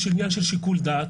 עניין של שיקול דעת.